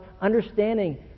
understanding